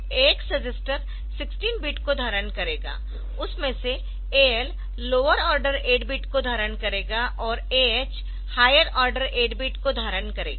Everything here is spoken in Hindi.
AX रजिस्टर 16 बीट को धारण करेगा उसमें से AL लोअर ऑर्डर 8 बिट को धारण करेगा और AH हायर ऑर्डर 8 बिट को धारण करेगा